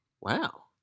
Wow